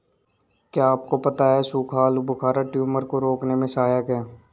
क्या आपको पता है सूखा आलूबुखारा ट्यूमर को रोकने में सहायक है?